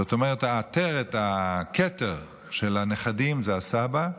זאת אומרת, העטרת, הכתר של הנכדים, היא הסבא,